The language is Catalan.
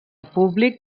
públic